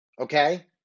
okay